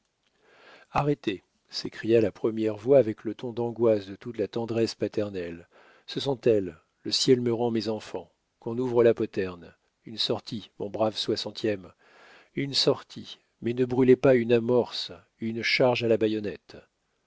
arrêtez s'écria la première voix avec le ton d'angoisse de toute la tendresse paternelle ce sont elles le ciel me rend mes enfants qu'on ouvre la poterne une sortie mon brave soixantième une sortie mais ne brûlez pas une amorce une charge à la baïonnette